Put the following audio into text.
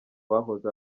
bahoze